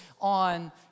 on